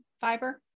fiber